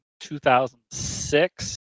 2006